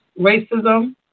racism